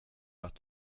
att